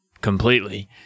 completely